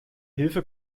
hilfe